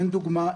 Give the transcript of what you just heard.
אין דוגמה,